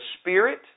Spirit